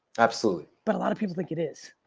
absolutely. but a lot of people think it is.